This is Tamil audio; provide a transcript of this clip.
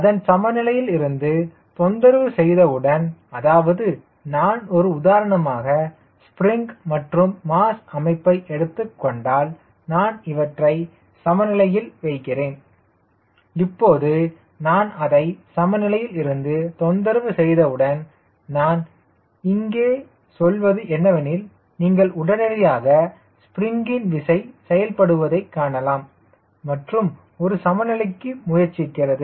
அதன் சமநிலையிலிருந்து தொந்தரவு செய்தவுடன் அதாவது நான் ஒரு உதாரணமாக ஸ்பிரிங் மற்றும் மாஸ் அமைப்பை எடுத்துக்கொண்டால் நான் இவற்றை சமநிலை வைக்கிறேன் இப்போது நான் அதை சமநிலையிலிருந்து தொந்தரவு செய்தவுடன் நான் இங்கே சொல்வது என்னவெனில் நீங்கள் உடனடியாக ஸ்பிரிங்கின் விசை செயல்படுவதை காணலாம் மற்றும் இது சமநிலைக்கு முயற்சிக்கிறது